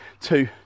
two